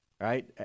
Right